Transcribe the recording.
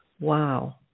Wow